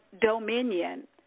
dominion